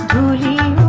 coulee